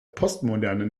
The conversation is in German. postmoderne